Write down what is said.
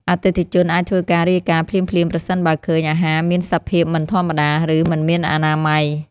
អតិថិជនអាចធ្វើការរាយការណ៍ភ្លាមៗប្រសិនបើឃើញអាហារមានសភាពមិនធម្មតា ឬមិនមានអនាម័យ។